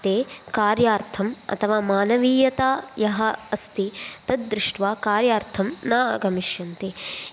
ते कार्यार्थं अथवा मानवीयता यः अस्ति तदृष्ट्वा कार्यार्थं न आगमिष्यन्ति